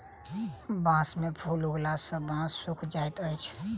बांस में फूल उगला सॅ बांस सूखा जाइत अछि